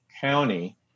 county